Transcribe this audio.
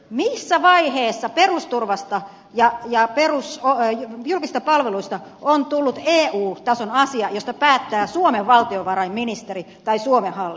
missä vaiheessa perusturvasta ja julkisista palveluista on tullut eu tason asioita joista päättää suomen valtiovarainministeri tai suomen hallitus